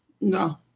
No